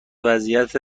وضعیت